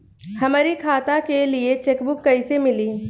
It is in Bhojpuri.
हमरी खाता के लिए चेकबुक कईसे मिली?